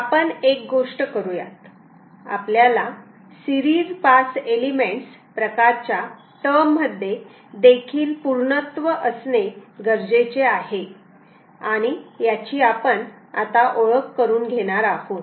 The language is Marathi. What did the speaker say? आपण एक गोष्ट करूयात आपल्याला सिरीज पास एलिमेंट्स प्रकारच्या टर्म मध्ये देखील पूर्णत्व असणे गरजेचे आहे याची आपण ओळख करून घेणार आहोत